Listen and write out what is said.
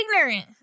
Ignorant